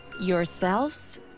Yourselves